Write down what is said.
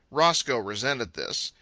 roscoe resented this.